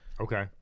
Okay